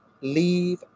leave